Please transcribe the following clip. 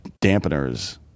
dampeners